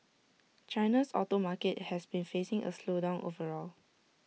China's auto market has been facing A slowdown overall